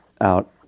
out